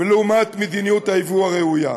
לעומת מדיניות הייבוא הראויה.